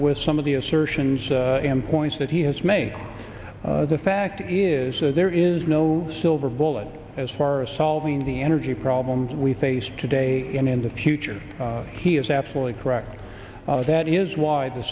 with some of the assertions and points that he has made the fact is so there is no silver bullet as far as solving the energy problems we face today and in the future he is absolutely correct that is why the